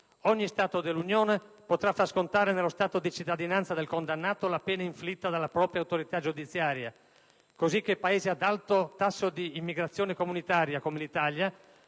Ogni Stato dell'Unione potrà far scontare nello Stato di cittadinanza del condannato la pena inflitta dalla propria autorità giudiziaria, così che Paesi ad alto tasso di immigrazione comunitaria, come l'Italia,